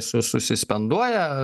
su susispenduoja